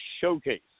Showcase